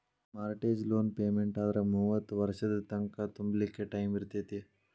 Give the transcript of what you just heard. mortgage loan ಪೆಮೆನ್ಟಾದ್ರ ಮೂವತ್ತ್ ವರ್ಷದ್ ತಂಕಾ ತುಂಬ್ಲಿಕ್ಕೆ ಟೈಮಿರ್ತೇತಿ